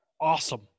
awesome